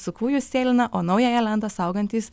su kūju sėlina o naująją lentą saugantys